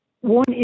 one